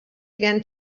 again